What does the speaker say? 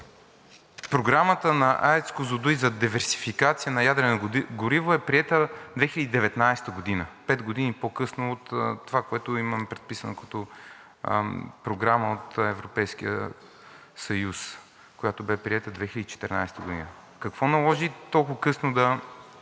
Програмата на АЕЦ „Козлодуй“ за диверсификация на ядрено гориво е приета 2019 г. – пет години по-късно от това, което имаме предписано като Програма от Европейския съюз, която бе приета 2014 г.? Какво наложи толкова късно да